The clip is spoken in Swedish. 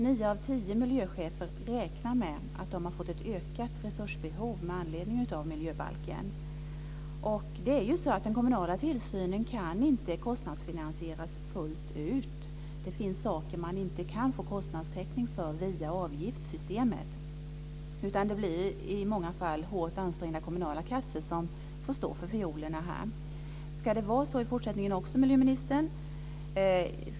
Nio av tio miljöchefer räknar med att de har fått ett ökat resursbehov med anledning av miljöbalken. Den kommunala tillsynen kan inte kostnadsfinansieras fullt ut. Det finns saker som man inte kan få kostnadstäckning för via avgiftssystemet, utan det blir i många fall hårt ansträngda kommunala kassor som får stå för fiolerna. Ska det vara så i fortsättningen också, miljöministern?